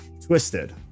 twisted